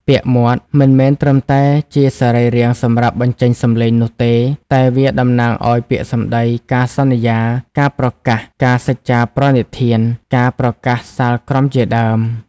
ពាក្យ "មាត់" មិនមែនត្រឹមតែជាសរីរាង្គសម្រាប់បញ្ចេញសំឡេងនោះទេ តែវាតំណាងឱ្យពាក្យសម្ដី ការសន្យា ការប្រកាស ការសច្ចាប្រណិធាន ការប្រកាសសាលក្រមជាដើម។